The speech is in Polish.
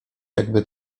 jakby